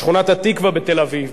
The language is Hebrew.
בשכונת-התקווה בתל-אביב,